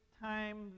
time